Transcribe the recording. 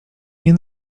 nie